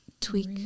tweak